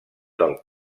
del